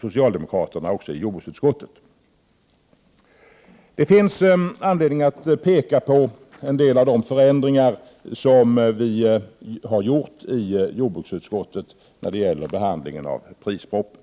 socialdemokraterna i jordbruksutskottet. Det finns anledning att peka på en del av de förändringar som utskottets behandling av prisregleringspropositionen har medfört.